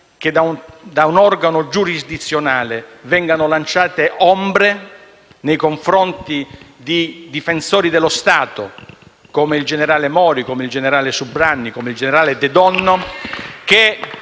che da un organo giurisdizionale vengano lanciate ombre nei confronti di difensori dello Stato, come il generale Mori, il generale Subranni e il colonnello De Donno...